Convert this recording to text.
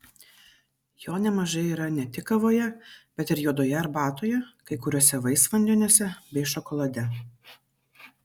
jo nemažai yra ne tik kavoje bet ir juodoje arbatoje kai kuriuose vaisvandeniuose bei šokolade